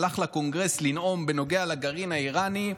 הלך לקונגרס לנאום בנוגע לגרעין האיראני,